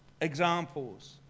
examples